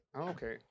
okay